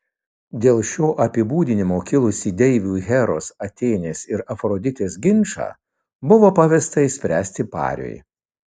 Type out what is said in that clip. dėl šio apibūdinimo kilusį deivių heros atėnės ir afroditės ginčą buvo pavesta išspręsti pariui